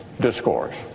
discourse